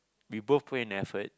we both put in effort